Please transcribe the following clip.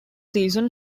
season